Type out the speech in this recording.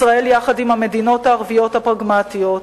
ישראל יחד עם המדינות הערביות הפרגמטיות,